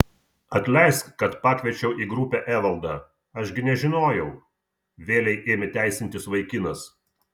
atleisk kad pakviečiau į grupę evaldą aš gi nežinojau vėlei ėmė teisintis vaikinas